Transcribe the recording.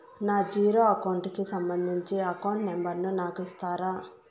నా zero account కి సంబంధించి అకౌంట్ నెంబర్ ను నాకు ఇస్తారా